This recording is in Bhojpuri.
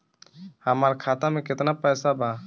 हमार खाता मे केतना पैसा बा?